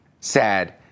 sad